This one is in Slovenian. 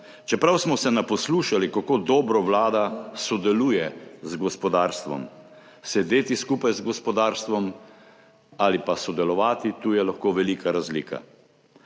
čeprav smo se naposlušali, kako dobro vlada sodeluje z gospodarstvom. Sedeti skupaj z gospodarstvom ali pa sodelovati, tu je lahko velika razlika.